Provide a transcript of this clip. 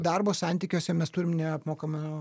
darbo santykiuose mes turim neapmokamą